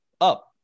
up